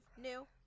New